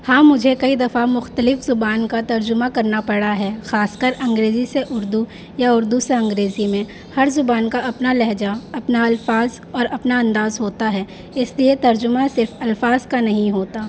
ہاں مجھے کئی دفعہ مختلف زبان کا ترجمہ کرنا پڑا ہے خاص کر انگریزی سے اردو یا اردو سے انگریزی میں ہر زبان کا اپنا لہجہ اپنا الفاظ اور اپنا انداز ہوتا ہے اس لیے ترجمہ صرف الفاظ کا نہیں ہوتا